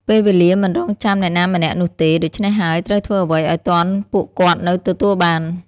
ពេលវេលាមិនរង់ចាំអ្នកណាម្នាក់នោះទេ ដូច្នេះហើយត្រូវធ្វើអ្វីអោយទាន់ពួកគាត់នៅទទួលបាន។